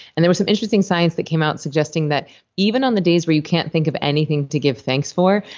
there was some interesting science that came out suggesting that even on the days where you can't think of anything to give thanks for,